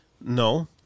No